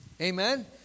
Amen